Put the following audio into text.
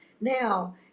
now